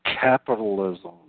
capitalism